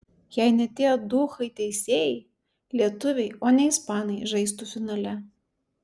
jei ne tie duchai teisėjai lietuviai o ne ispanai žaistų finale